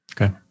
Okay